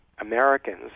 Americans